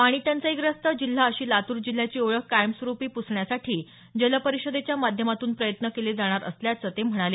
पाणी टंचाईग्रस्त जिल्हा अशी लातूर जिल्ह्याची ओळख कायमस्वरुपी पुसण्यासाठी जल परिषदेच्या माध्यमातून प्रयत्न केले जाणार असल्याचं ते म्हणाले